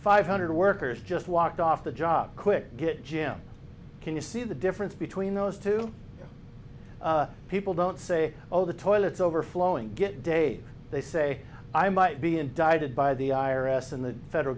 five hundred workers just walked off the job quick get jim can you see the difference between those two people don't say oh the toilets overflowing get dave they say i might be indicted by the i r s and the federal